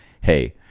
hey